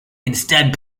instead